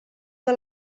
que